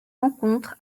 rencontre